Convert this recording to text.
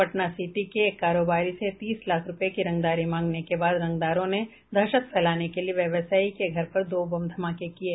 पटनासिटी के एक कारोबारी से तीस लाख रूपये की रंगदारी मांगने के बाद रंगदारों ने दहशत फैलाने के लिए व्यवसायी के घर पर दो बम धमाके किये